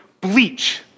bleach